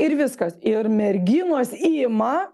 ir viskas ir merginos ima